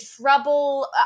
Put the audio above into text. trouble